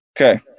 Okay